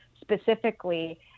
specifically